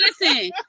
listen